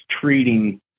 treating